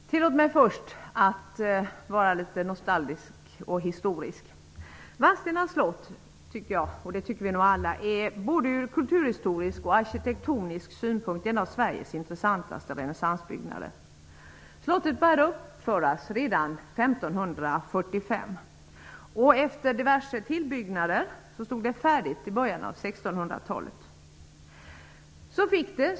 Herr talman! Tillåt mig först att vara litet nostalgisk och historisk. Vadstena slott är, tycker vi nog alla, från kulturhistorisk och arkitektonisk synpunkt en av Sveriges intressantaste renässansbyggnader. Slottet började uppföras redan 1545. Efter diverse tillbyggnader stod det färdigt i början av 1600-talet.